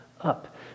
up